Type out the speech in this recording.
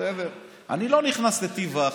אני לא נכנס לטיב ההחלטות,